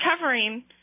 covering